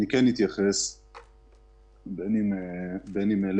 העברנו אתמול